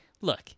look